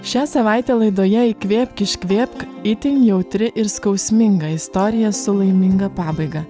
šią savaitę laidoje įkvėpk iškvėpk itin jautri ir skausminga istorija su laiminga pabaiga